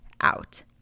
out